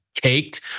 caked